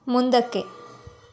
ಮುಂದಕ್ಕೆ